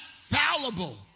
fallible